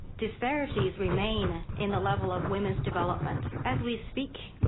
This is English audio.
disparities remain in the level of women's development. as we speak.